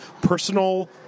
personal